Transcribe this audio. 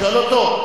שאל אותו.